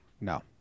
No